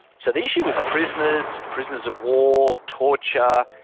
so the issue with prisoners, prisoners of war, torture,